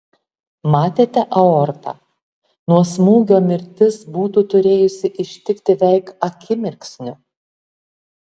matėte aortą nuo smūgio mirtis būtų turėjusi ištikti veik akimirksniu